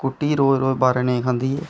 scooty रोज रोज बारा नेईं खंदी